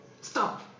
Stop